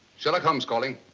sherlock holmes calling.